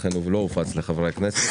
לכן הוא לא הופץ לחברי הכנסת.